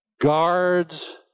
guards